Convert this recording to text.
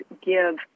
give